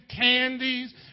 candies